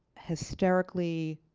hysterically